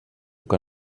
que